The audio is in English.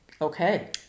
Okay